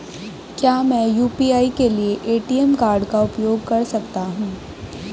क्या मैं यू.पी.आई के लिए ए.टी.एम कार्ड का उपयोग कर सकता हूँ?